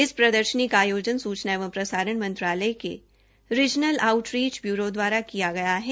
इस प्रदर्शनी का आयोजन सूचना एवं प्रसारण मंत्रालय के रीज़नल आउटरीच ब्यूरो दवारा किया गया है